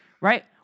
right